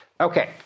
Okay